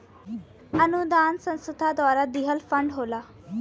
अनुदान संस्था द्वारा दिहल फण्ड होला